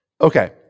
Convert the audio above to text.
Okay